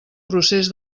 procés